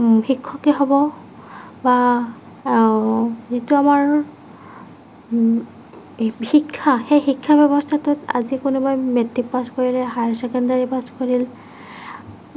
শিক্ষকেই হ'ব বা যিটো আমাৰ শিক্ষা সেই শিক্ষা ব্যৱস্থাটোত আজি কোনোবাই মেট্ৰিক পাছ কৰিলে হায়াৰ ছেকেণ্ডেৰী পাছ কৰিলে